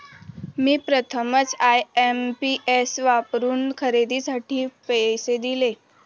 मी प्रथमच आय.एम.पी.एस वापरून खरेदीसाठी पैसे दिले